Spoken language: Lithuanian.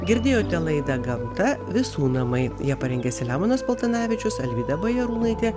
girdėjote laida gamta visų namai ją parengė selemonas paltanavičius alvyda bajarūnaitė